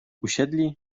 usiedli